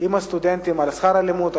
עם הסטודנטים על שכר הלימוד,